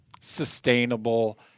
sustainable